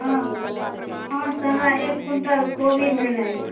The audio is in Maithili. हँ हँ अहाँसँ हमरा एक क्विन्टल कोबी लेनाइ अइ